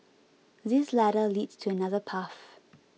this ladder leads to another path